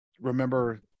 remember